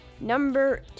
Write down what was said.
Number